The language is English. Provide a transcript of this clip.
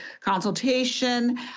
consultation